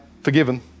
forgiven